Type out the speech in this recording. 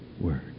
word